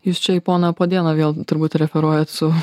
jūs čia į poną podėną vėl turbūt referuojat su